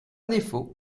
défaut